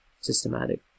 systematic